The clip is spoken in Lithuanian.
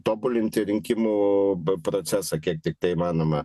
tobulinti rinkimų procesą kiek tiktai įmanoma